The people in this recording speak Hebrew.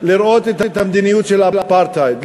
לראות את המדיניות של האפרטהייד,